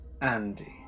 Andy